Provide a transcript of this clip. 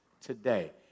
today